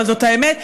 אבל זאת האמת,